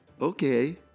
okay